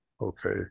okay